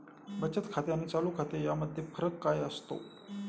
बचत खाते आणि चालू खाते यामध्ये फरक काय असतो?